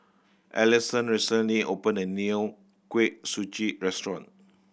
Allison recently opened a new Kuih Suji restaurant